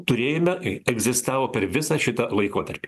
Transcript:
turėjome egzistavo per visą šitą laikotarpį